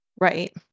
right